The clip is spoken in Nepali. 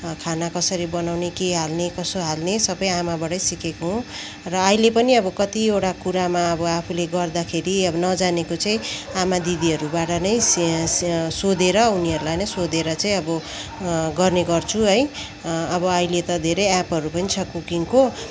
खाना कसरी बनाउने के हाल्ने कसो हाल्ने सबै आमाबाटै सिकेको हो र अहिले पनि अब कतिवटा कुरामा अब आफूले गर्दाखेरि अब नजानेको चाहिँ आमा दिदीहरूबाट नै से से सोधेर उनीहरूलाई नै सोधेर चाहिँ अब गर्ने गर्छु है अब अहिले त धेरै एपहरू पनि छ कुकिङको